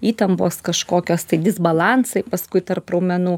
įtampos kažkokios tai disbalansai paskui tarp raumenų